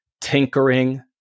tinkering